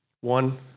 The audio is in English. One